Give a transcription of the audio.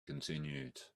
continued